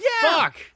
Fuck